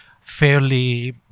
fairly